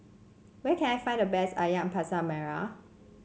where can I find the best ayam Masak Merah